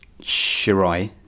shirai